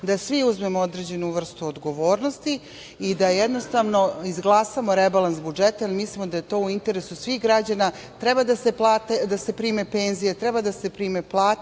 da svi uzmemo određenu vrstu odgovornosti da jednostavno izglasamo rebalans budžeta jer mislim da je to u interesu svih građana. Treba da se prime penzije, treba da se prime plate